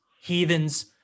heathens